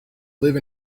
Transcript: live